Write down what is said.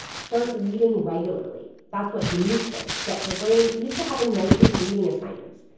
start reading regularly. that's what denise did to get her brain used to having nightly reading assignments.